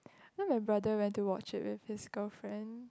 know my brother went to watch it with his girlfriend